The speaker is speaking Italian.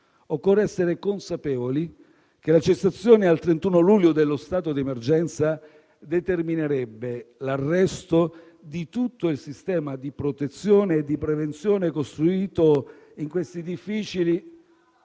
occorre essere consapevoli che la cessazione al 31 luglio dello stato d'emergenza determinerebbe l'arresto di tutto il sistema di protezione e di prevenzione costruito in questi difficili